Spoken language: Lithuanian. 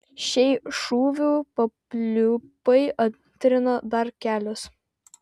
šiai šūvių papliūpai antrino dar kelios